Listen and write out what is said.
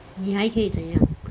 你还可以怎样